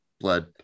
blood